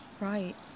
Right